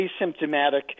asymptomatic